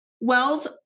wells